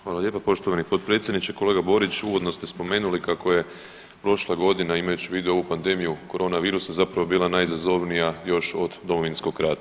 Hvala lijepo poštovani potpredsjedniče, kolega Borić, uvodno ste spomenuli kako je prošla godina, imajući u vidu ovu pandemiju koronavirusa zapravo bila najizazovnija još od Domovinskog rata.